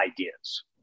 ideas